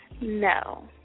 No